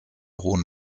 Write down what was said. hohen